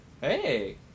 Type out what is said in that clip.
Hey